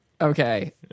Okay